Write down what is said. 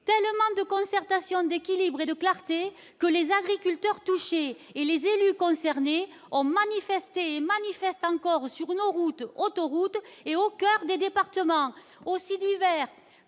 tellement de concertation, d'équilibre et de clarté que les agriculteurs touchés et les élus concernés ont manifesté manifestent encore sur nos routes, autoroutes et au coeur des départements aussi divers